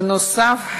בנוסף,